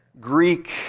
Greek